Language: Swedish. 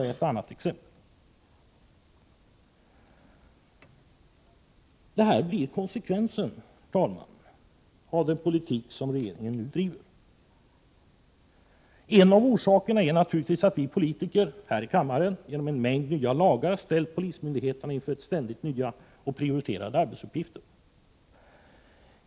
Detta blir konsekvensen, herr talman, av den politik som regeringen nu driver. En av orsakerna är naturligtvis att vi politiker här i kammaren genom en mängd nya lagar har ställt polismyndigheterna inför ständigt nya och prioriterade arbetsuppgifter.